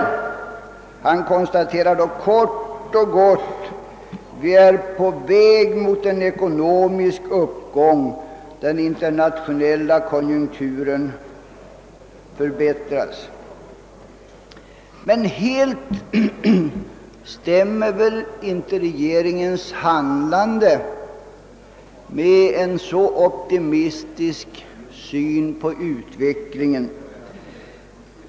Han konstaterar då kort och gott: »Vi är på väg mot en ekonomisk uppgång. Den internationella konjunkturen förbättras.» Men helt stämmer väl inte regeringens handlande med en så optimistisk syn på utvecklingen.